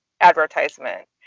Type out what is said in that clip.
advertisement